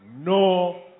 No